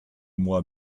moi